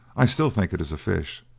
i still think it is a fish,